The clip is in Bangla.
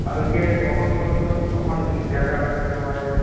কালকে কখন বলুন তো কখন গেলে আপনার দেখা পাওয়া যাবে